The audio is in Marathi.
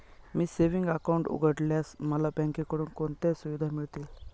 मी सेविंग्स अकाउंट उघडल्यास मला बँकेकडून कोणत्या सुविधा मिळतील?